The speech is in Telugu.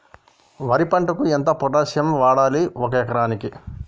వరి పంటకు ఎంత పొటాషియం వాడాలి ఒక ఎకరానికి?